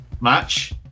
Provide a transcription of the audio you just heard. match